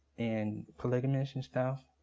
and polygamists, and stuff.